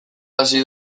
hasi